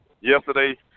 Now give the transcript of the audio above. yesterday